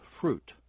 fruit